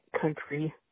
country